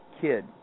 kid